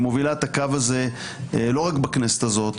היא מובילה את הקו הזה לא רק בכנסת הזאת,